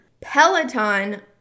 Peloton